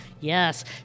Yes